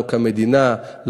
לנו כמדינה,